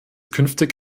künftig